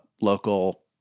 local